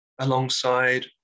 alongside